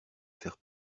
faire